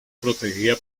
protegida